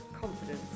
confidence